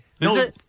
no